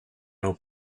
old